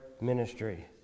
ministry